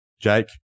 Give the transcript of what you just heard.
Jake